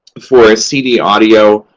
for cd audio,